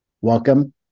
welcome